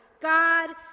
God